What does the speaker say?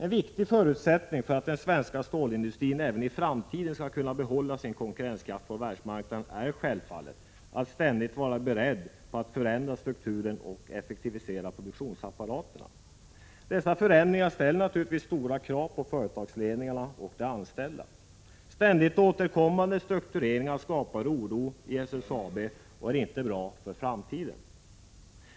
En viktig förutsättning för att den svenska stålindu strin även i framtiden skall kunna behålla sin konkurrenskraft på världsmarknaden är självfallet att man ständigt är beredd att förändra strukturen och effektivisera produktionsapparaten. Dessa förändringar ställer naturligtvis stora krav på företagsledningarna och de anställda. Ständigt återkommande struktureringar skapar oro i SSAB och är inte bra för framtiden.